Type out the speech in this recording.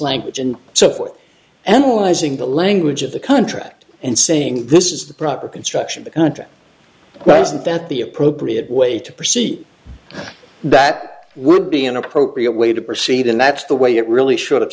language and so forth analyzing the language of the contract and saying this is the proper construction the contract well isn't that the appropriate way to proceed that would be an appropriate way to proceed and that's the way it really should have